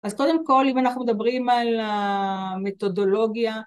אז קודם כל אם אנחנו מדברים על ה.. מתודולוגיה